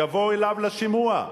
יבואו אליו לשימוע,